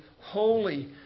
holy